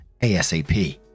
ASAP